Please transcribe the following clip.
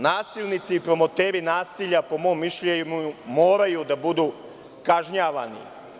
Nasilnici i promoteri nasilja po mom mišljenju moraju da budu kažnjavani.